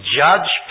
judge